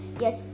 Yes